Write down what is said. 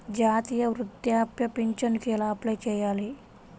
జాతీయ వృద్ధాప్య పింఛనుకి ఎలా అప్లై చేయాలి?